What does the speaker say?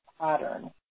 pattern